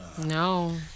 No